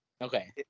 Okay